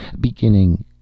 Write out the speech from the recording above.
beginning